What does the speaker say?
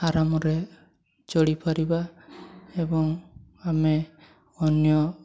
ଆରାମରେ ଚଳି ପାରିବା ଏବଂ ଆମେ ଅନ୍ୟ